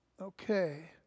okay